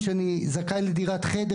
ממשיך לרדת.